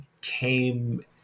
came